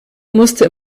musste